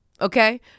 okay